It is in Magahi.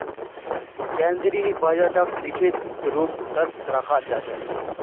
केन्द्रीय बजटक लिखित रूपतत रखाल जा छेक